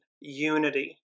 unity